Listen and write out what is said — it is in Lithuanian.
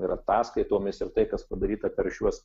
ir ataskaitomis ir tai kas padaryta per šiuos